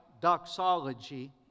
doxology